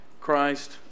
Christ